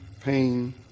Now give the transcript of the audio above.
pain